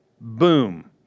boom